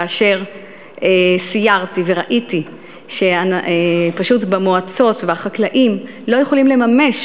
כאשר סיירתי וראיתי שבמועצות והחקלאים לא יכולים לממש